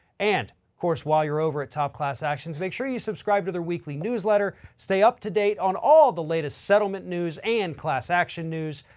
and of course, while you're over at top class actions, make sure you subscribe to their weekly newsletter. stay up to date on all the latest settlement news and class action news.